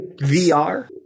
VR